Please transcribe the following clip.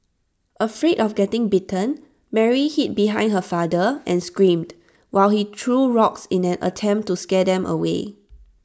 afraid of getting bitten Mary hid behind her father and screamed while he threw rocks in an attempt to scare them away